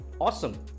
awesome